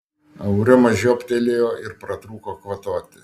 aurimas žiobtelėjo ir pratrūko kvatoti